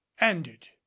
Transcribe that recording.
ended